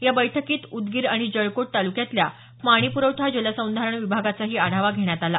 याच बैठकीत उदगीर आणि जळकोट तालुक्यातल्या पाणी प्रवठा जलसंधारण विभागाचाही आढावा घेण्यात आला